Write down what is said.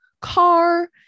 car